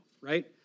right